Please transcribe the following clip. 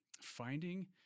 finding